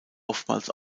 oftmals